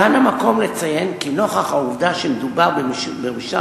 כאן המקום לציין כי נוכח העובדה שמדובר במרשם